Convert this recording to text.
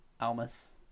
Almas